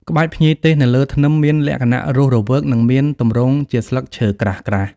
ក្បាច់ភ្ញីទេសនៅលើធ្នឹមមានលក្ខណៈរស់រវើក និងមានទម្រង់ជាស្លឹកឈើក្រាស់ៗ។